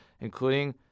including